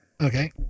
Okay